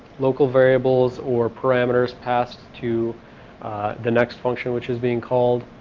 local variables or parameters passed to the next function which is being called,